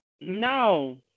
No